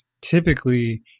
typically